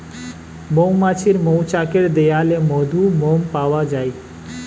মৌমাছির মৌচাকের দেয়ালে মধু, মোম পাওয়া যায়